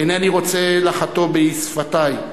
אינני רוצה לחטוא בשפתי,